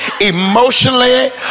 emotionally